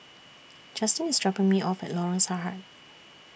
Justyn IS dropping Me off At Lorong Sarhad